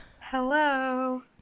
Hello